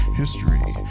history